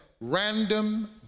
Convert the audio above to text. random